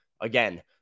again